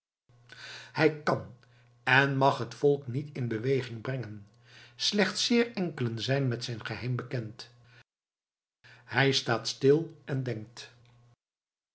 hij kan en mag het volk niet in beweging brengen slechts zeer enkelen zijn met zijn geheim bekend hij staat stil en denkt